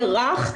יותר רך,